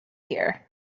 here